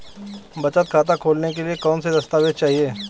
बचत खाता खोलने के लिए कौनसे दस्तावेज़ चाहिए?